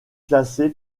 classé